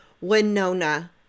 Winona